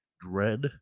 dread